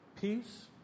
peace